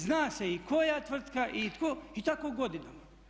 Zna se i koja tvrtka i tko i tako godinama.